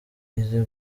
eazzy